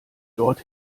dort